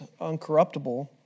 uncorruptible